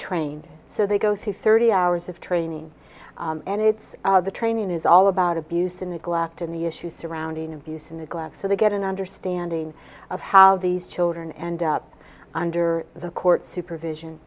trained so they go through thirty hours of training and it's the training is all about abuse and neglect in the issues surrounding abuse and neglect so they get an understanding of how these children end up under the court supervision